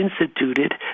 instituted